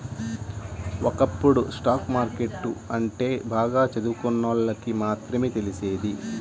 ఒకప్పుడు stock market అంటే బాగా చదువుకున్నోళ్ళకి మాత్రమే తెలిసేది